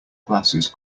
glasses